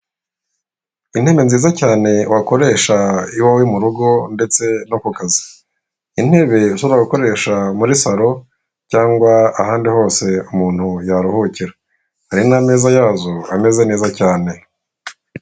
Intebe nziza cyane wakoresha iwawe mu rugo ndetse no ku kazi, intebe ushobora gukoresha muri saro cyangwa ahandi hose umuntu yaruhukira hari n'ameza yazo ameze neza cyane.